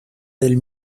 del